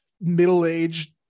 middle-aged